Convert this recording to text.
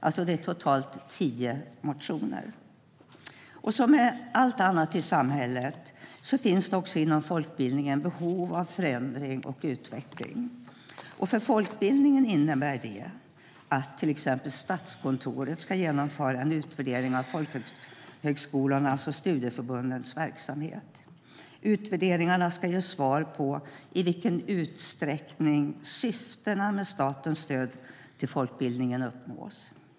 Det är totalt tio motioner. Som med allt annat i samhället finns också inom folkbildningen behov av förändring och utveckling. För folkbildningen innebär det att till exempel Statskontoret ska genomföra en utvärdering av folkhögskolornas och studieförbundens verksamhet. Utvärderingarna ska ge svar på i vilken utsträckning syftena med statens stöd till folkbildningen uppnås.